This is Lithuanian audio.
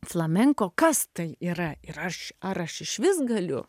flamenko kas tai yra ir aš ar aš išvis galiu